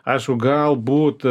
aišku galbūt